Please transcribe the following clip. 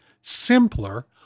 simpler